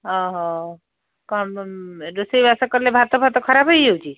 ଓହୋ କ'ଣ ରୋଷେଇବାସ କଲେ ଭାତ ଫାତ ଖରାପ ହେଇଯାଉଛି